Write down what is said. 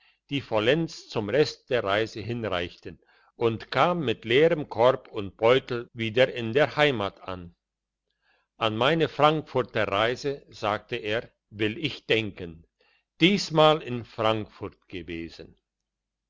die vollends zum rest der reise hinreichten und kam mit leerem korb und beutel wieder in der heimat an an meine frankfurter reise sagte er will ich denken diesmal in frankfurt gewesen